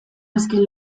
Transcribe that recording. azken